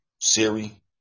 Siri